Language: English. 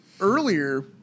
earlier